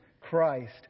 Christ